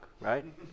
right